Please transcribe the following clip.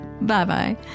Bye-bye